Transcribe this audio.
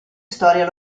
storia